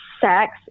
sex